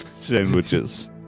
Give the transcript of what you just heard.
Sandwiches